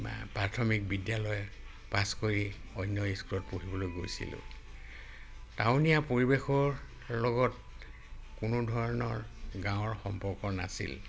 প্ৰাথমিক বিদ্যালয় পাছ কৰি অন্য স্কুলত পঢ়িবলৈ গৈছিলোঁ টাউনীয়া পৰিৱেশৰ লগত কোনো ধৰণৰ গাঁৱৰ সম্পৰ্ক নাছিল